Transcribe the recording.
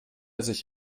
sich